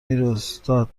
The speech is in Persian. میرستاد